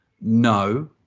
No